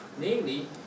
Namely